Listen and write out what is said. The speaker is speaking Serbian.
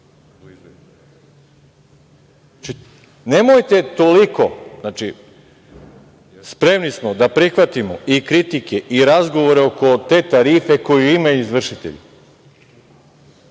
nije oduzet novac. Spremni smo da prihvatimo i kritike i razgovore oko te tarife koju imaju izvršitelji,